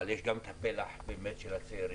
אבל יש גם את הפלח באמת של הצעירים.